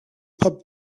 pub